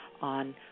on